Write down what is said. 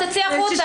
את תצאי החוצה,